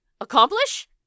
Accomplish